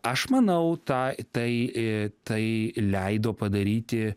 aš manau ta tai į tai leido padaryti